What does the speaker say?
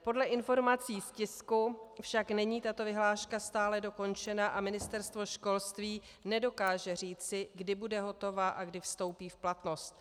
Podle informací z tisku však není tato vyhláška stále dokončena a Ministerstvo školství nedokáže říci, kdy bude hotova a kdy vstoupí v platnost.